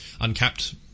uncapped